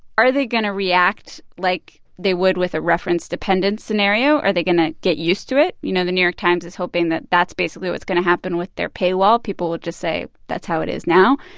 are they going to react like they would with a reference-dependent scenario? are they going to get used to it? you know, the new york times is hoping that that's basically what's going to happen with their pay law. people will just say, that's how it is now.